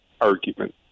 argument